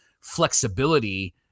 flexibility